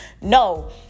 No